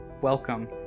Welcome